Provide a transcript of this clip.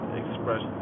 express